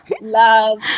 love